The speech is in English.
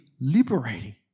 liberating